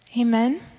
Amen